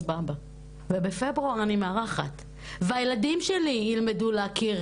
סבבה ובפברואר אני מארחת והילדים שלי ילמדו להכיר